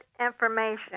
information